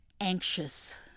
anxious